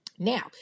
Now